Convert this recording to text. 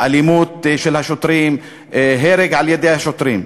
האלימות של השוטרים והרג על-ידי שוטרים.